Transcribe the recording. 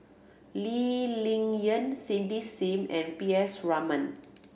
Lee Ling Yen Cindy Sim and P S Raman